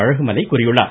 அழகுமலை கூறியுள்ளார்